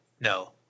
no